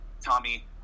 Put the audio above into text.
Tommy